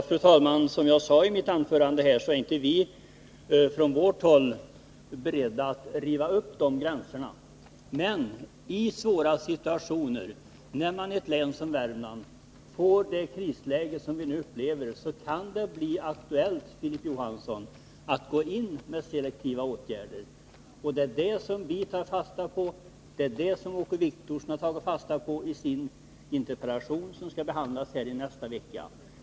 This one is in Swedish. Fru talman! Som jag sade i mitt anförande är vi från vårt håll inte beredda att riva upp de gränserna, men i svåra situationer —t.ex. i det krisläge som vi nu upplever i Värmlands län — kan det bli aktuellt, Filip Johansson, att gå in med selektiva åtgärder. Det är det som vi tar fasta på, och det är det som Åke Wictorsson har tagit fasta på i sin interpellation, som skall behandlas här i kammaren nästa vecka.